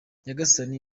nyagasani